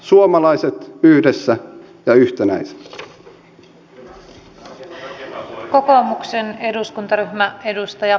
suomalaiset yhdessä ja yhtenäisinä